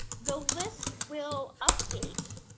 the list will update